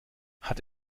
hat